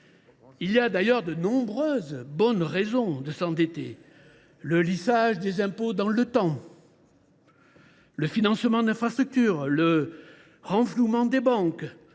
Il y a d’ailleurs de nombreuses bonnes raisons de s’endetter : lissage des impôts dans le temps, financement d’infrastructures, renflouement des banques,